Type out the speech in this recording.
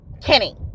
Kenny